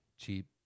Cheap